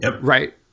right